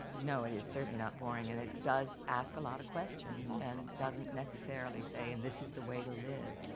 no it is certainly not boring, and it does ask a lot of questions, and doesn't necessarily say and this is the way to live.